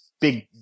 big